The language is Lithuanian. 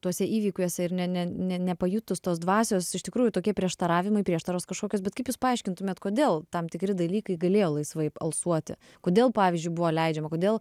tuose įvykiuose ir nė ne ne nepajutus tos dvasios iš tikrųjų tokie prieštaravimai prieštaros kažkokios bet kaip jūs paaiškintumėt kodėl tam tikri dalykai galėjo laisvai alsuoti kodėl pavyzdžiui buvo leidžiama kodėl